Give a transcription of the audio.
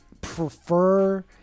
prefer